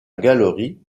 galerie